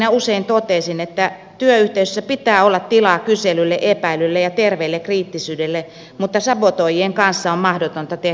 työyhteisövalmentajana usein totesin että työyhteisössä pitää olla tilaa kyselylle epäilylle ja terveelle kriittisyydelle mutta sabotoijien kanssa on mahdotonta tehdä yhteistyötä